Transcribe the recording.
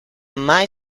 mai